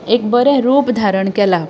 एक बरें रूप धारण केलां